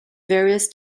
various